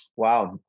Wow